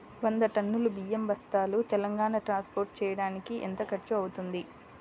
వంద టన్నులు బియ్యం బస్తాలు తెలంగాణ ట్రాస్పోర్ట్ చేయటానికి కి ఎంత ఖర్చు అవుతుంది?